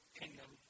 kingdom